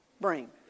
bring